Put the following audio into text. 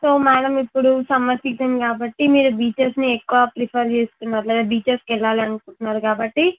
so madam ఇప్పుడు summer season కాబట్టి మీరు బీచెస్ని ఎక్కువ ప్రిఫర్ చేస్తున్నారు లేదా బీచెస్కు వెళ్ళాలి అనుకుంటున్నారు కాబట్టి